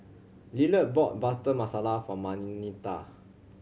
Lillard bought Butter Masala for Marnita